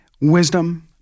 Wisdom